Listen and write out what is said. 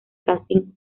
casting